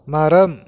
மரம்